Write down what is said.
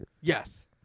Yes